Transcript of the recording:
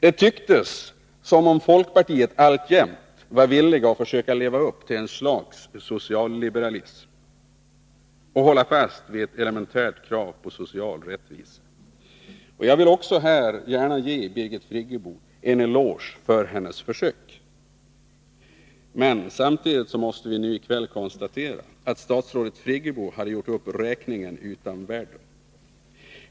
Det tycktes som om folkpartiet alltjämt var villigt att försöka leva upp till ett slags socialliberalism och hålla fast vid ett elementärt krav på social rättvisa. Jag vill också gärna ge Birgit Friggebo en eloge för det försöket. Men samtidigt måste vi i kväll konstatera att statsrådet Friggebo hade gjort upp räkningen utan värden.